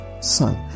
Son